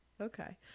okay